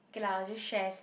okay lah I'll just shares